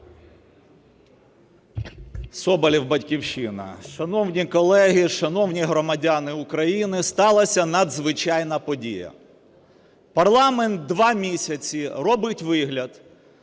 Соболєв, "Батьківщина". Шановні колеги, шановні громадяни України, сталася надзвичайна подія. Парламент два місяці робить вигляд,